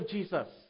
Jesus